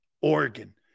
Oregon